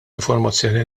informazzjoni